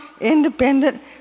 independent